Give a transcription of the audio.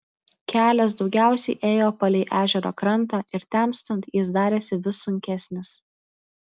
kelias daugiausiai ėjo palei ežero krantą ir temstant jis darėsi vis sunkesnis